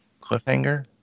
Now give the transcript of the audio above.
Cliffhanger